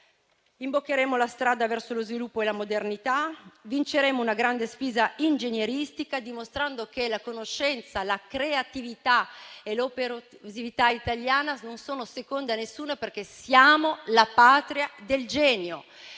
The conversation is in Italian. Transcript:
Imboccheremo la strada verso lo sviluppo e la modernità e vinceremo una grande sfida ingegneristica, dimostrando che la conoscenza, la creatività e l'operosità italiane non sono seconde a nessuno, perché siamo la patria del genio